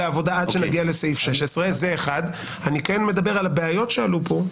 עבודה עד שנגיע לסעיף 16. אני כן מדבר על הבעיות שעלו פה,